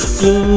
blue